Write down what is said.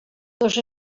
dos